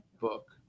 book